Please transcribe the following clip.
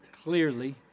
clearly